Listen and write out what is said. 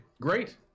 Great